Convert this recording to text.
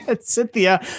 Cynthia